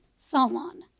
Salon